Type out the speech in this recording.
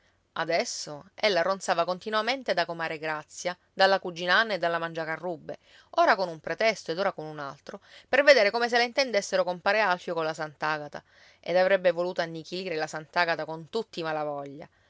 zio adesso ella ronzava continuamente da comare grazia dalla cugina anna e dalla mangiacarrubbe ora con un pretesto ed ora con un altro per vedere come se la intendessero compare alfio colla sant'agata ed avrebbe voluto annichilire la sant'agata con tutti i malavoglia